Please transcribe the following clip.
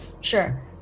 Sure